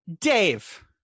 Dave